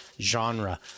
genre